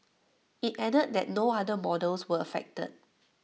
IT added that no other models were affected